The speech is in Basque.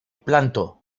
planto